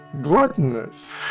gluttonous